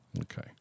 Okay